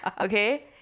Okay